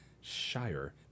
shire